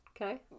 Okay